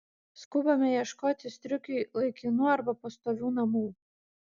skubame ieškoti striukiui laikinų arba pastovių namų